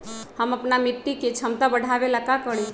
हम अपना मिट्टी के झमता बढ़ाबे ला का करी?